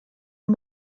are